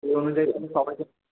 সেই অনুযায়ী আমি সবাইকে